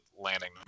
landing